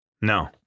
No